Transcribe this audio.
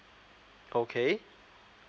okay